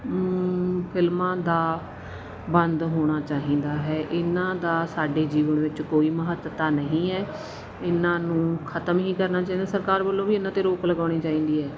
ਫਿਲਮਾਂ ਦਾ ਬੰਦ ਹੋਣਾ ਚਾਹੀਦਾ ਹੈ ਇਹਨਾਂ ਦਾ ਸਾਡੇ ਜੀਵਨ ਵਿੱਚ ਕੋਈ ਮਹੱਤਤਾ ਨਹੀਂ ਹੈ ਇਹਨਾਂ ਨੂੰ ਖਤਮ ਹੀ ਕਰਨਾ ਚਾਹੀਦਾ ਸਰਕਾਰ ਵੱਲੋਂ ਵੀ ਇਹਨਾਂ ਤੇ ਰੋਕ ਲਗਾਉਣੀ ਚਾਹੀਦੀ ਹੈ